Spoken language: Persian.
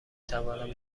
توانم